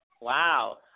Wow